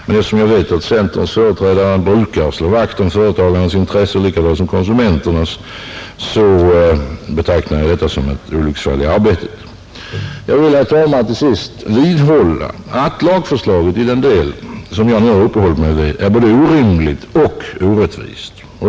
Men eftersom jag vet att centerns företrädare brukar slå vakt om företagarnas intressen lika väl som konsumenternas, så betraktar jag detta som ett olycksfall i arbetet. Jag vill, herr talman, till sist vidhålla att lagförslaget i den del jag nu uppehållit mig vid är orimligt och orättvist.